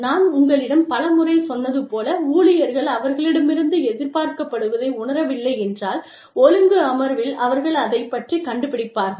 நான் உங்களிடம் பல முறை சொன்னது போல ஊழியர்கள் அவர்களிடமிருந்து எதிர்பார்க்கப்படுவதை உணரவில்லை என்றால் ஒழுங்கு அமர்வில் அவர்கள் அதைப் பற்றிக் கண்டுபிடிப்பார்கள்